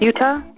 Utah